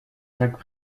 jacques